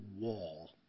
wall